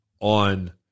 on